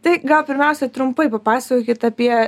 tai gal pirmiausia trumpai papasakokit apie